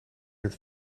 het